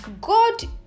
God